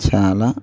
చాలా